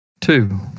two